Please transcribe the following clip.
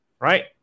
right